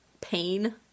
pain